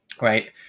right